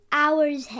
hours